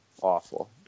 awful